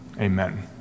Amen